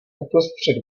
uprostřed